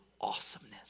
awesomeness